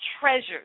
treasures